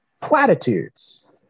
Platitudes